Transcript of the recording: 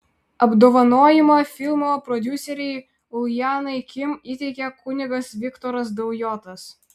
apdovanojimą filmo prodiuserei uljanai kim įteikė kunigas viktoras daujotas